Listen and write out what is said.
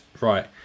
right